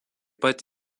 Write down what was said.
pat